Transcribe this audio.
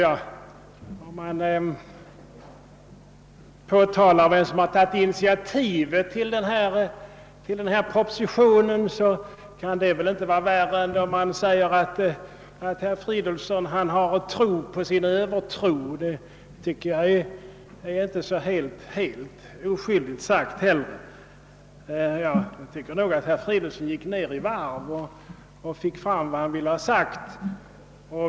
Att påtala vem som har tagit initiativet till propositionen kan väl ändå inte vara värre än att säga att herr Fridolfsson hyser tro på sin övertro; det anser jag inte vara så oskyldigt sagt. Jag tycker nog att herr Fridolfsson gick ner i varv och fick fram vad han ville ha sagt.